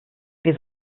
wir